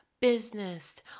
business